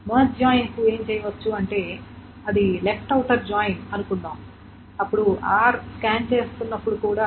merge join కు ఏమి చేయవచ్చు అంటే అది లెఫ్ట్ ఔటర్ జాయిన్ అనుకుందాం అప్పుడు r స్కాన్ చేస్తున్నప్పుడు కూడా